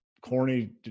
corny